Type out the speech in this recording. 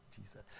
Jesus